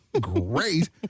great